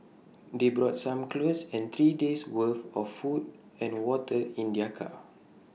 they brought some clothes and three days worth of food and water in their car